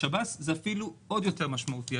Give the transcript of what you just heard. בשב"ס זה אפילו עוד יותר משמעותי,